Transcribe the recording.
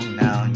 now